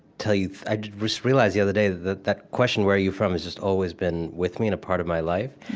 tell you i just realized the other day that that question, where are you from? has just always been with me and a part of my life.